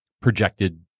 projected